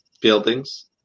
buildings